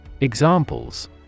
Examples